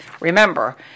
remember